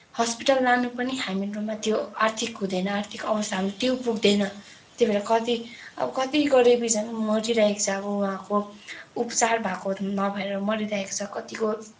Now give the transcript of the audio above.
hospital लान पनि हामीहरूमा त्यो आर्थिक हुँदैन आर्थिक अवस्था हाम्रो त्यो पुग्दैन त्यही भएर कति अब कत्ति गरिबी झन् मरिरहेको छ अब उहाँको उपचार भएको नभएर मरिरहेको छ कतिको